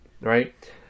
right